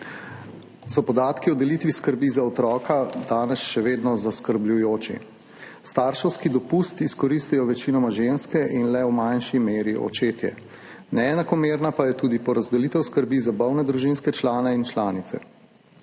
podatki o delitvi skrbi za otroka danes še vedno zaskrbljujoči. Starševski dopust izkoristijo večinoma ženske in le v manjši meri očetje, neenakomerna pa je tudi porazdelitev skrbi za bolne družinske člane in članice.